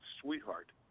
sweetheart